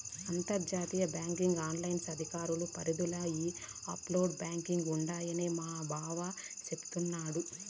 అంతర్జాతీయ banking licence అధికార పరిదిల ఈ ఆప్షోర్ బాంకీలు ఉండాయని మాబావ సెప్పిన్నాడు